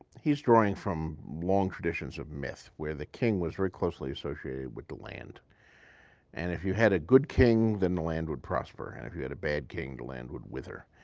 he is drawing from long traditions of myth where the king was very closely associated with the land and if you had a good king then the land would prosper. and if you had a bad king the land would whither.